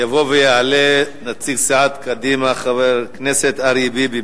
יבוא ויעלה נציג סיעת קדימה, חבר הכנסת אריה ביבי.